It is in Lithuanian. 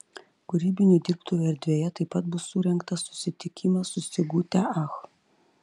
kūrybinių dirbtuvių erdvėje taip pat bus surengtas susitikimas su sigute ach